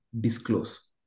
disclose